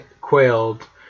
quailed